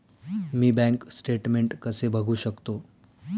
मी bank statement कसे बघू शकतो?